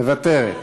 מוותרת.